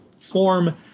form